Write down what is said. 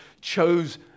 chose